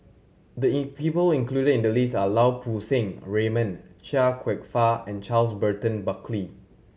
the in people included in the list are Lau Poo Seng Raymond Chia Kwek Fah and Charles Burton Buckley